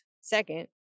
Second